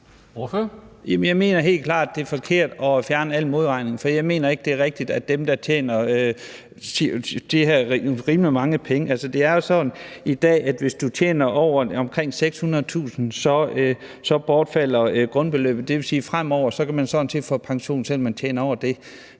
Jeg mener helt klart, det er forkert at fjerne al modregning, for jeg mener ikke, det er rigtigt i forbindelse med dem, der tjener de her rimelig mange penge. Det er sådan i dag, at hvis du tjener omkring 600.000 kr., bortfalder grundbeløbet, og det vil sige, at fremover kan man sådan set få pension, selv om man tjener mere